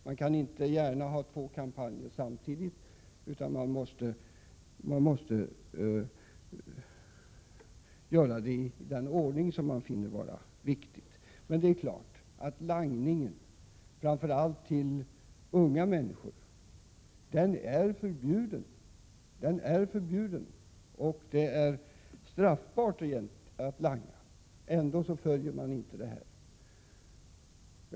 Man kan inte ha två kampanjer samtidigt, och man måste arbeta i den ordning man finner riktig. Langningen, framför allt till unga människor, är förbjuden. Det är straffbart att langa. Ändå följs inte denna bestämmelse.